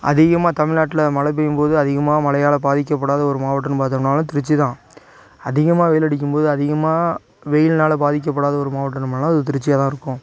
அதிகமாக தமிழ்நாட்டில் மழை பெய்யும் போது அதிகமாக மழையால் பாதிக்கப்படாத ஒரு மாவட்டம்னு பார்த்தோம்னாலும் திருச்சி தான் அதிகமாக வெயில் அடிக்கும் போது அதிகமாக வெயில்னால பாதிக்கப்படாத ஒரு மாவட்டம்னாலும் அது திருச்சியாக தான் இருக்கும்